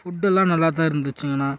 ஃபுட்டெல்லாம் நல்லாதான் இருந்துச்சுங்கண்ணா